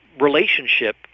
relationship